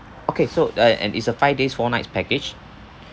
okay so uh and it's a five days four nights package